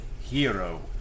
hero